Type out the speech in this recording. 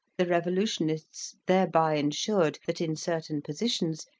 the revolutionists thereby ensured that, in certain positions,